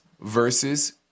versus